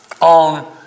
on